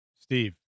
Steve